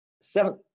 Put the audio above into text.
seven –